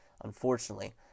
unfortunately